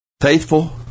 Faithful